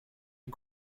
est